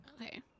Okay